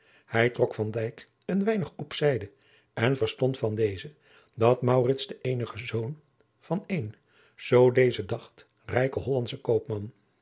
hij trok van dijk een weinig op zijde en verstond van dezen dat maurits de eenige zoon was van een zoo deze dacht rijken hollandschen koopman